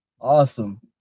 Awesome